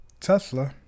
Tesla